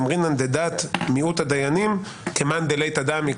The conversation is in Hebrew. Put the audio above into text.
אמרינן דדעת המיעוט דיינים כמאן דליתא דמי".